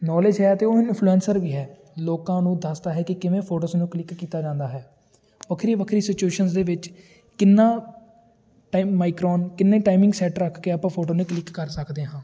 knowledge ਹੈ ਅਤੇ ਉਹ ਇਨਫਲੂਐਂਸਰ ਵੀ ਹੈ ਲੋਕਾਂ ਨੂੰ ਦੱਸਦਾ ਹੈ ਕਿ ਕਿਵੇਂ ਫੋਟੋਸ ਨੂੰ ਕਲਿੱਕ ਕੀਤਾ ਜਾਂਦਾ ਹੈ ਵੱਖਰੀ ਵੱਖਰੀ ਸਿਚੁਏਸ਼ਨਸ ਦੇ ਵਿੱਚ ਕਿੰਨਾ ਟਾਈਮ ਮਾਈਕਰੋਨ ਕਿੰਨੇ ਟਾਈਮਿੰਗ ਸੈੱਟ ਰੱਖ ਕੇ ਆਪਾਂ ਫੋਟੋ ਨੂੰ ਕਲਿੱਕ ਕਰ ਸਕਦੇ ਹਾਂ